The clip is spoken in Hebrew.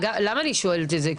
למה אני שואלת את זה?